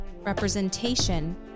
representation